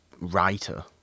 writer